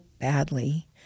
badly